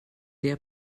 der